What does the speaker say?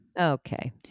Okay